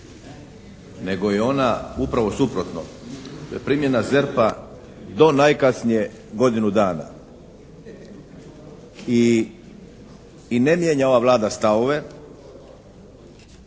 nego je ona upravo suprotno, primjena ZERP-a do najkasnije godinu dana. I ne mijenja ova Vlada stavove